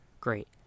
great